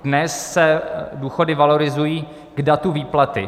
Dnes se důchody valorizují k datu výplaty.